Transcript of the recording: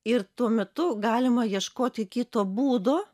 ir tuo metu galima ieškoti kito būdo